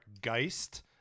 Geist